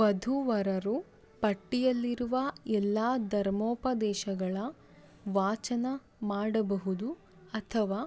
ವಧುವರರು ಪಟ್ಟಿಯಲ್ಲಿರುವ ಎಲ್ಲ ಧರ್ಮೋಪದೇಶಗಳ ವಾಚನ ಮಾಡಬಹುದು ಅಥವಾ